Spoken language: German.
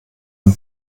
ein